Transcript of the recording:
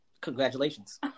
Congratulations